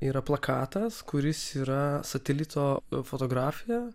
yra plakatas kuris yra satelito fotografija